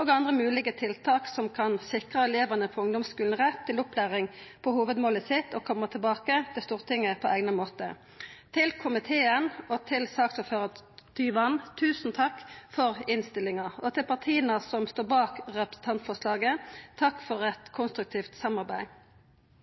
og andre moglege tiltak som kan sikra elevane på ungdomsskulen rett til opplæring på hovudmålet sitt, og koma tilbake til Stortinget på eigna måte. Til komiteen og til saksordføraren, Tyvand – tusen takk for innstillinga. Og til partia som står bak representantforslaget – takk for eit konstruktivt samarbeid.